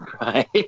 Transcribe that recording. right